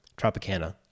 Tropicana